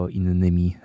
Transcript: innymi